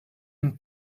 and